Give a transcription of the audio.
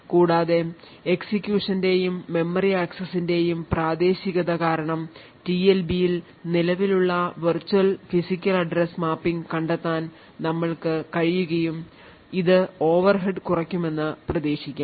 കൂടാതെ എക്സിക്യൂഷന്റെയും മെമ്മറി ആക്സസിന്റെയും പ്രാദേശികത കാരണം ടിഎൽബിയിൽ നിലവിലുള്ള virtual physical address മാപ്പിംഗ് കണ്ടെത്താൻ നമ്മൾക്കു കഴിയുകയും ഇത് ഓവർഹെഡ് കുറയ്ക്കുമെന്ന് പ്രതീക്ഷിക്കാം